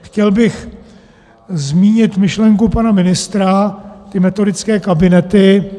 Chtěl bych zmínit myšlenku pana ministra ty metodické kabinety.